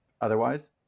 otherwise